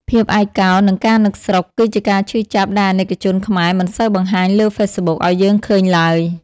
ភាពឯកោ និងការនឹកស្រុក គឺជាការឈឺចាប់ដែលអាណិកជនខ្មែរមិនសូវបង្ហាញលើ Facebook ឱ្យយើងឃើញឡើយ។